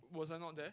was I not there